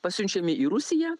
pasiunčiami į rusiją